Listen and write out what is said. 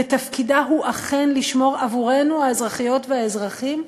ותפקידה הוא אכן לשמור עבורנו, האזרחיות והאזרחים,